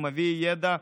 הוא מביא ידע.